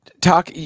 talk